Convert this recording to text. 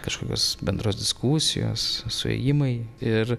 kažkokios bendros diskusijos suėjimai ir